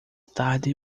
tarde